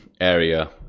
area